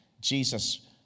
Jesus